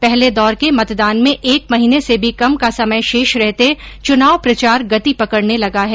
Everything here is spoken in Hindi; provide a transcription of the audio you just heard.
पहले दौर के मतदान में एक महीने से भी कम का समय शेष रहते चुनाव प्रचार गति पकडने लगा है